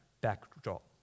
backdrop